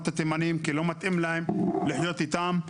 את התימנים כי לא מתאים להם לחיות איתם,